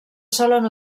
solen